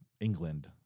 England